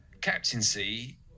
captaincy